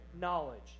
knowledge